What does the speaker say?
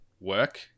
work